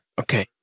Okay